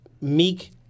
Meek